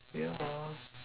ya